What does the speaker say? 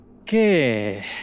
Okay